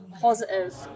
positive